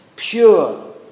Pure